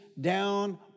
down